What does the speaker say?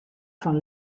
fan